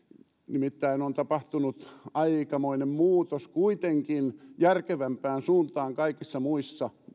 nimittäin on tapahtunut aikamoinen muutos kuitenkin järkevämpään suuntaan kaikissa muissa